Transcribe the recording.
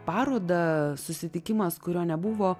parodą susitikimas kurio nebuvo